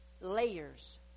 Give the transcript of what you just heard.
layers